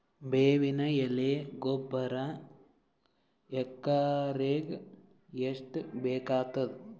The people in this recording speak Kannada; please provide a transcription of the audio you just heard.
ಬೇವಿನ ಎಲೆ ಗೊಬರಾ ಎಕರೆಗ್ ಎಷ್ಟು ಬೇಕಗತಾದ?